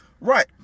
Right